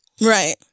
Right